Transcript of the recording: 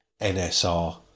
NSR